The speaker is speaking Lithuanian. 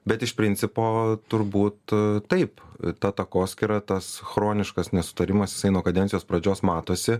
bet iš principo turbūt taip ta takoskyra tas chroniškas nesutarimas jisai nuo kadencijos pradžios matosi